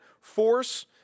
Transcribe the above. force